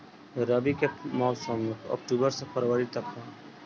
रबी के मौसम अक्टूबर से फ़रवरी तक ह